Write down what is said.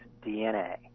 DNA